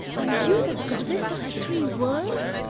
are you the goddess of the three worlds?